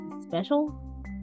special